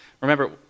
remember